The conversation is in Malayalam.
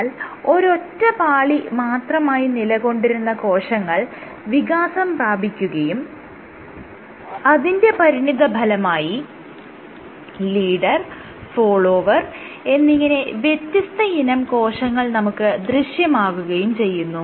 എന്നാൽ ഒരൊറ്റ പാളി മാത്രമായി നിലകൊണ്ടിരുന്ന കോശങ്ങൾ വികാസം പ്രാപിക്കുകയും അതിന്റെ പരിണിതഫലമായി ലീഡർ ഫോളോവർ എന്നിങ്ങനെ വ്യത്യസ്തയിനം കോശങ്ങൾ നമുക്ക് ദൃശ്യമാകുകയും ചെയ്യുന്നു